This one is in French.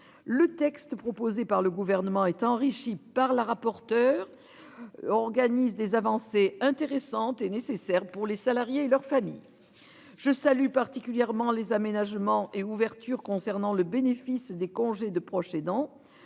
Le texte proposé par le gouvernement est enrichi par la rapporteure. Organise des avancées intéressantes et nécessaires pour les salariés et leurs familles. Je salue particulièrement les aménagements et ouverture concernant le bénéfice des congé de proche aidant.